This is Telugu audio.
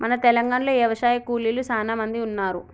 మన తెలంగాణలో యవశాయ కూలీలు సానా మంది ఉన్నారు